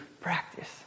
practice